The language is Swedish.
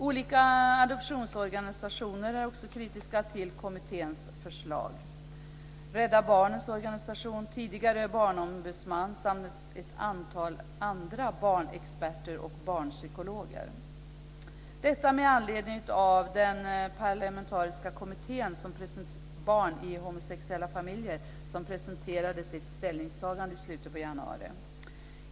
Olika adoptionsorganisationer är också kritiska till kommitténs förslag - Rädda Barnens organisation, tidigare barnombudsman och dessutom ett antal andra barnexperter och barnpsykologer - detta med anledning av att den parlamentariska kommittén, Barn i homosexuella familjer, presenterade sitt ställningstagande i slutet av januari.